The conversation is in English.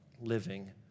living